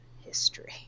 history